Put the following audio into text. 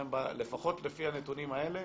לפחות לפי הנתונים האלה,